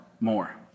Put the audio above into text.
more